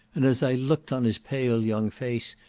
and as i looked on his pale young face,